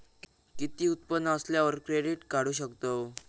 किती उत्पन्न असल्यावर क्रेडीट काढू शकतव?